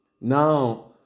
now